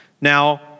now